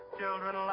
children